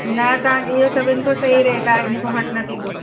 न तव्हां इहो सभिनि खो सई रेट आहे इनखां घटि न थींदो